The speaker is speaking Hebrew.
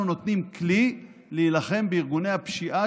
אנחנו נותנים כלי להילחם בארגוני הפשיעה,